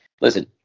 listen